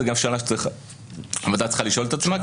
זו גם שאלה שהוועדה צריכה לשאול את עצמה,